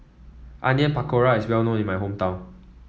Onion Pakora is well known in my hometown